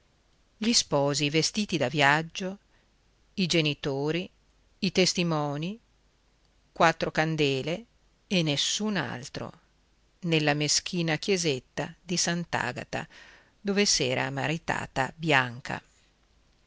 gli sposi vestiti da viaggio i genitori i testimoni quattro candele e nessun altro nella meschina chiesetta di sant'agata dove s'era maritata bianca